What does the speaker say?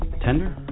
Tender